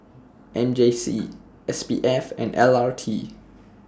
M J C S P F and L R T